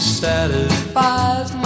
satisfies